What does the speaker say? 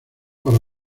para